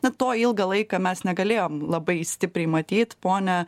na to ilgą laiką mes negalėjom labai stipriai matyt ponia